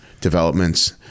developments